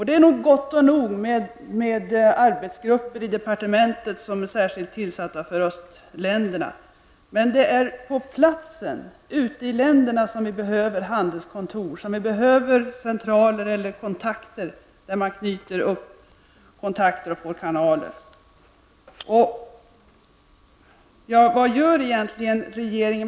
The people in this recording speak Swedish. Det är nog gott och väl med arbetsgrupper i departementet som är särskilt tillsatta för östländerna, men det är på platsen, ute i länderna, som vi behöver handelskontor och centraler där man knyter upp kontakter och får kanaler. Vad gör regeringen egentligen?